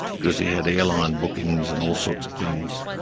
because he had airline bookings and all sorts of things.